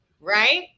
right